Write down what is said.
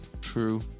true